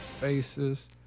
faces